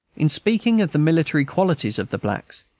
in speaking of the military qualities of the blacks,